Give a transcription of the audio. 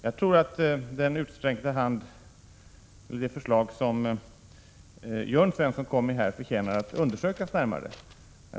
Jag tror att den utsträckta hand och det förslag som Jörn Svensson kom med förtjänar att undersökas närmare.